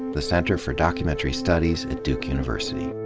the center for documentary studies at duke university